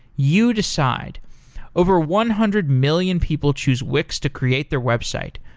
you decide over one hundred million people choose wix to create their website.